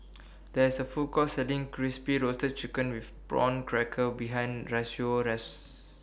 There IS A Food Court Selling Crispy Roasted Chicken with Prawn Crackers behind Rocio's House